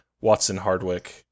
Watson-Hardwick